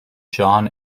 john